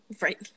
Right